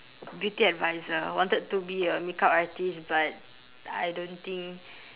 beauty advisor wanted to be a makeup artist but I don't think